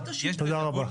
תודה רבה.